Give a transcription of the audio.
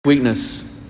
weakness